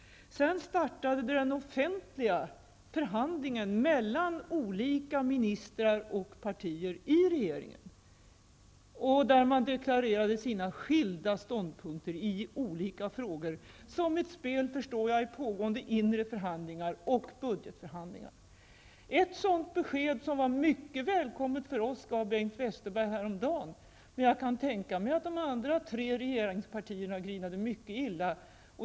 Sedan startade den offentliga förhandlingen mellan olika ministrar och partier i regeringen. Då deklarerade man de skilda ståndpunkterna i olika frågor som ett spel, förstår jag, i pågående inre förhandlingar och budgetförhandlingar. Ett sådant besked som var mycket välkommet för oss gav Bengt Westerberg häromdagen. Men jag kan tänka mig att de andra tre regeringspartierna grinade mycket illa.